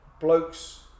blokes